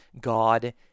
God